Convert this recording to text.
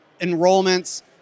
enrollments